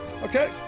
Okay